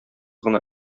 гына